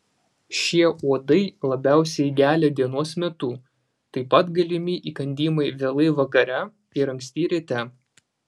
šie uodai labiausiai gelia dienos metu taip pat galimi įkandimai vėlai vakare ir anksti ryte